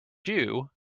jew